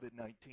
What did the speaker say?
COVID-19